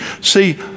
See